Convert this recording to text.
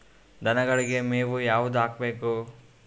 ದನಗಳಿಗೆ ಮೇವು ಯಾವುದು ಹಾಕ್ಬೇಕು?